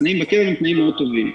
התנאים בקרן הם תנאים מאוד טובים.